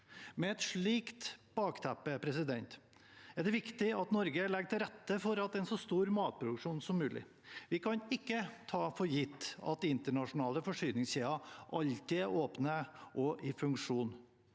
Med et slikt bakteppe er det viktig at Norge legger til rette for en så stor matproduksjon som mulig. Vi kan ikke ta for gitt at internasjonale forsyningskjeder alltid er åpne og i funksjon.